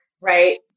right